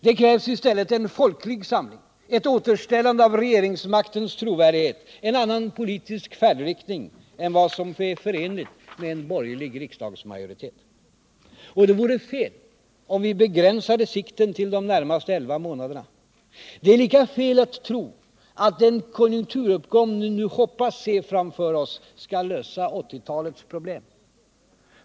Det krävs i stället en folklig samling, ett återställande av regeringsmaktens trovärdighet, en annan politisk färdriktning än vad som är förenligt med en borgerlig riksdagsmajoritet. Det vore fel om vi begränsade sikten till de närmaste elva månaderna. Det är lika fel att tro att den konjunkturuppgång som vi nu hoppas se framför oss skall lösa 1980-talets problem.